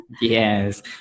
Yes